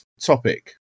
topic